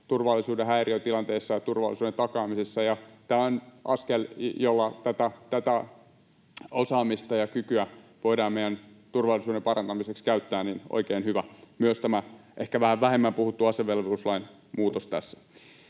turvallisuuden häiriötilanteissa ja turvallisuuden takaamisessa. Tämä on askel, jolla tätä osaamista ja kykyä voidaan meidän turvallisuuden parantamiseksi käyttää, joten oikein hyvä myös tämä ehkä vähän vähemmän puhuttu asevelvollisuuslain muutos tässä.